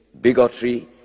bigotry